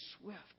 swift